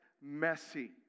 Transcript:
messy